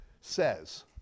says